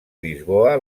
lisboa